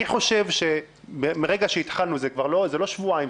אני חושב שמרגע שהתחלנו זה כבר לא שבועיים,